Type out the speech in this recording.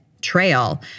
trail